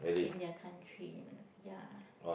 in their country yeah